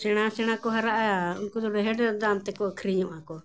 ᱥᱮᱬᱟ ᱥᱮᱬᱟ ᱠᱚ ᱦᱟᱨᱟᱜᱼᱟ ᱩᱱᱠᱩ ᱫᱚ ᱰᱷᱮᱹᱨ ᱰᱷᱮᱹᱨ ᱫᱟᱢ ᱛᱮᱠᱚ ᱟᱹᱠᱷᱨᱤᱧᱚᱜᱼᱟ ᱠᱚ